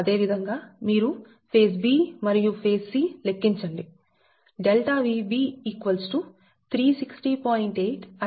అదే విధంగా మీరు ఫేజ్ b మరియు ఫేజ్ c లెక్కించండి ∆Vb 360